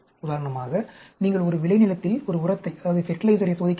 உதாரணமாக நீங்கள் ஒரு விளைநிலத்தில் ஒரு உரத்தை சோதிக்கிறீர்கள்